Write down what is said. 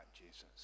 Jesus